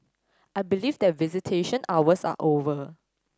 I believe that visitation hours are over